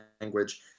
language